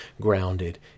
grounded